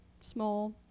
small